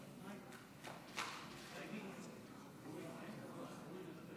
תודה, אדוני